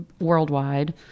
worldwide